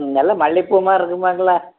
ம் நல்லா மல்லிகைப்பூ மாதிரி இருக்குமாங்களா